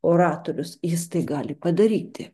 oratorius jis tai gali padaryti